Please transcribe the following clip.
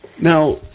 Now